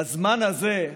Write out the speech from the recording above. בזמן הזה,